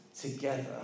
together